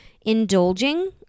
Indulging